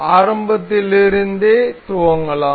ஆரம்பத்திலிருந்தே துவங்கலாம்